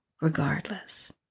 regardless